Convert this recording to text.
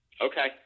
Okay